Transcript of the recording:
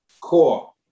Core